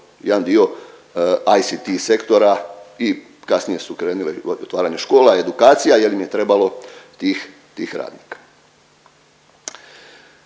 jedan dio ICT sektora i kasnije su krenule otvaranje škola i edukacija jer im je trebalo tih, tih radnika.